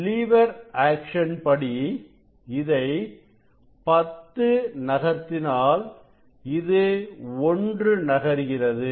lever action படி இதை 10 நகர்த்தினாள் இது ஒன்று நகர்கிறது